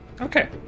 Okay